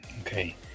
okay